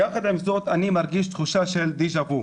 יחד עם זאת אני מרגיש תחושה של דז'ה וו,